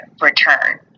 return